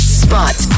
spot